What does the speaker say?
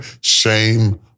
shame